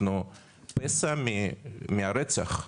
אנחנו פסע מהרצח.